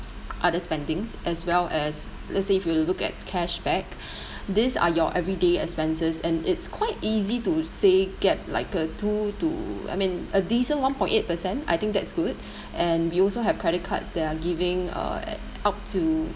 other spendings as well as let's say if you look at cashback these are your everyday expenses and it's quite easy to say get like uh two to I mean a decent one point eight percent I think that's good and we also have credit cards that are giving uh up to